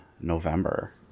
November